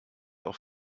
auch